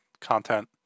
content